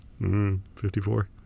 54